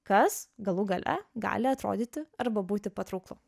kas galų gale gali atrodyti arba būti patrauklu